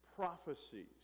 Prophecies